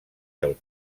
del